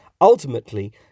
ultimately